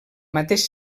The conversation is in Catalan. mateix